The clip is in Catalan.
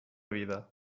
vida